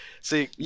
See